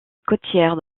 côtière